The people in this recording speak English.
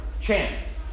chance